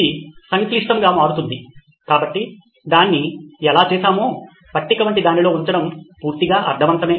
ఇది సంక్లిష్టంగా మారుతుంది కాబట్టి దాన్ని ఎలా చేశామో పట్టిక వంటి దానిలో ఉంచడం పూర్తిగా అర్ధవంతమే